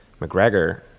McGregor